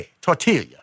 Tortilla